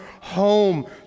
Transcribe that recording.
home